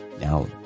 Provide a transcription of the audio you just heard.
Now